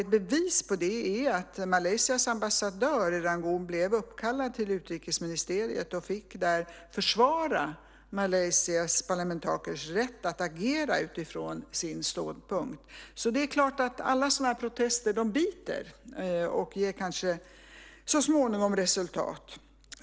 Ett bevis på det är att Malaysias ambassadör i Rangoon blev uppkallad till utrikesministeriet och där fick försvara Malaysias parlamentarikers rätt att agera utifrån sin ståndpunkt. Det är klart att alla sådana här protester biter och kanske så småningom ger resultat.